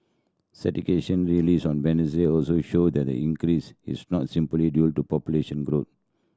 released on Wednesday also showed that the increase is not simply due to population growth